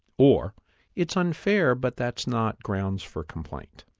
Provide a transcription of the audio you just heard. or it's unfair, but that's not grounds for complaint.